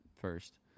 first